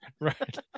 Right